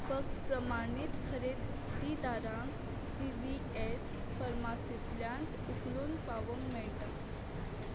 फक्त प्रमाणीत खरेदीदारांक सी वी एस फर्मासींतल्यांत उखलून पावोवंक मेळटा